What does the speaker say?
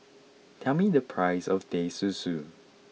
tell me the price of Teh Susu